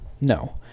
No